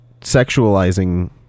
sexualizing